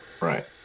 Right